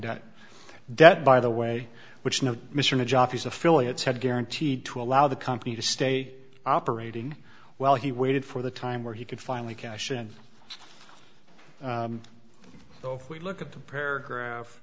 debt debt by the way which now mr madoff is affiliates had guaranteed to allow the company to stay operating while he waited for the time where he could finally cash in the if we look at the paragraph